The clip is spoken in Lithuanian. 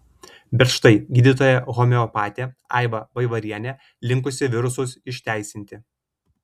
bet štai gydytoja homeopatė aiva vaivarienė linkusi virusus išteisinti